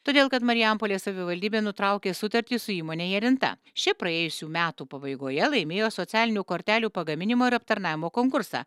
todėl kad marijampolės savivaldybė nutraukė sutartį su įmone jarinta ši praėjusių metų pabaigoje laimėjo socialinių kortelių pagaminimo ir aptarnavimo konkursą